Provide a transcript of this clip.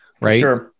Right